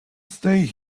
stay